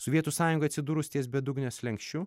sovietų sąjungai atsidūrus ties bedugnės slenksčiu